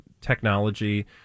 technology